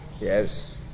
Yes